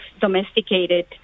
domesticated